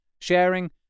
sharing